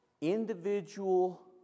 Individual